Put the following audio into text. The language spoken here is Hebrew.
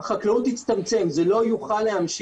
הכנסת התחרותיות במובן הזה